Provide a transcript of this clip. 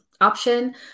option